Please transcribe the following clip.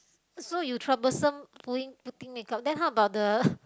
so you troublesome pulling putting makeup then how about the